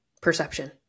perception